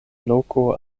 loko